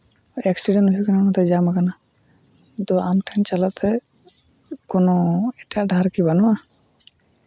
accident ᱦᱩᱭ ᱠᱟᱱᱟ ᱚᱱᱟᱛᱮ ᱡᱟᱢ ᱠᱟᱱᱟ ᱱᱤᱛᱚᱜ ᱟᱢ ᱴᱷᱮᱱ ᱪᱟᱞᱟᱜ ᱛᱮ ᱠᱳᱱᱳ ᱮᱴᱟᱜ ᱰᱟᱦᱟᱨ ᱠᱤ ᱵᱟᱹᱱᱩᱜᱼᱟ